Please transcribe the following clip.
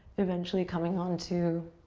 eventually coming on to